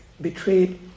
betrayed